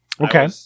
Okay